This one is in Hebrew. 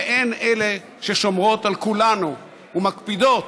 והן אלה ששומרות על כולנו ומקפידות